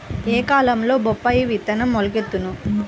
ఏ కాలంలో బొప్పాయి విత్తనం మొలకెత్తును?